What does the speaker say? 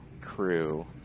crew